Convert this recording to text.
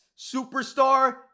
Superstar